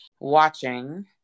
watching